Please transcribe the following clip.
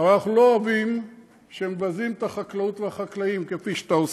אבל אנחנו לא אוהבים שמבזים את החקלאות ואת החקלאים כפי שאתה עושה.